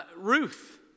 Ruth